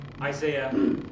Isaiah